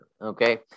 Okay